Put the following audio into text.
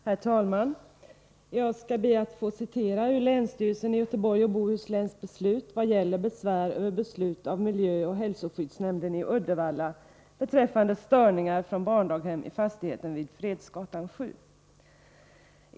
Herr talman! Jag skall be att få citera ur beslutet av länsstyrelsen i Göteborgs och Bohus län vad gäller besvär över beslut av miljöoch hälsoskyddsnämnden i Uddevalla beträffande störningar från barndaghem i fastigheten vid Fredsgatan 7.